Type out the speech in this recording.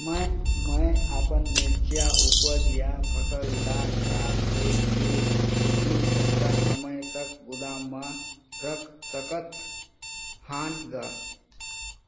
मैं अपन मिरचा ऊपज या फसल ला खराब होय के पहेली कतका समय तक गोदाम म रख सकथ हान ग?